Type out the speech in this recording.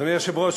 אדוני היושב-ראש,